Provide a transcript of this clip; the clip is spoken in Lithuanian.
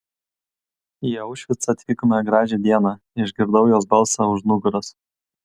į aušvicą atvykome gražią dieną išgirdau jos balsą už nugaros